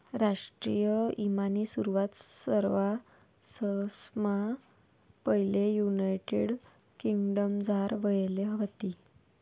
राष्ट्रीय ईमानी सुरवात सरवाससममा पैले युनायटेड किंगडमझार व्हयेल व्हती